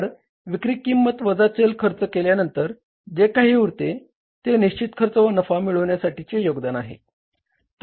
तर विक्री किंमत वजा चल खर्च केल्यांनतर जे काही उरते ते निश्चित खर्च व नफा मिळ्वण्यासाठीचे योगदान आहे